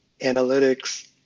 Analytics